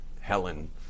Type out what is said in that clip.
Helen